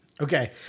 Okay